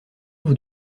vous